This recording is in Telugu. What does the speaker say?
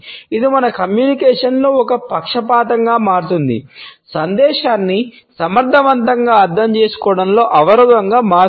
ఇది మన కమ్యూనికేషన్ లో ఒక పక్షపాతంగా మారుతుంది సందేశాన్ని సమర్థవంతంగా అర్థం చేసుకోవడంలో అవరోధంగా మారుతుంది